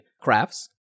crafts